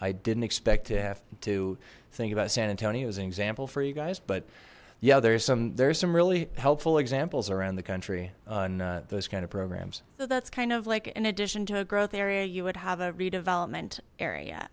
i didn't expect to have to think about san antonio it was an example for you guys but yeah there's some there's some really helpful examples around the country on those kind of programs so that's kind of like in addition to a growth area you would have a redevelopment area